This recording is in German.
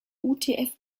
utf